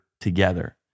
together